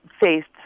faced